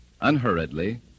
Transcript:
unhurriedly